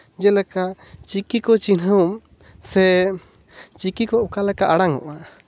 ᱡᱮᱞᱮᱠᱟ ᱪᱤᱠᱤ ᱠᱚ ᱪᱤᱱᱦᱟᱹᱣ ᱥᱮ ᱪᱤᱠᱤ ᱠᱚ ᱚᱠᱟ ᱞᱮᱠᱟ ᱟᱲᱟᱝ ᱚᱜᱼᱟ